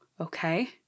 okay